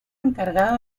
encargado